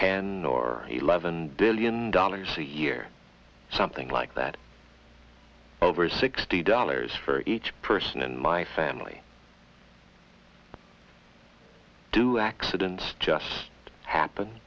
ten or eleven billion dollars a year something like that over sixty dollars for each person in my family do accidents just happen